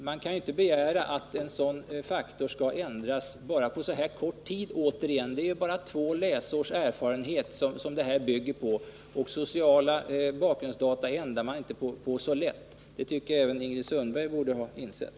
Man kan inte begära att en sådan faktor skall ändras på en så kort tid. Återigen: Utvärderingen bygger ju på erfarenheterna från endast två läsår. Sociala bakgrundsdata ändrar man inte på så lätt, vilket jag tycker att även Ingrid Sundberg borde ha insett.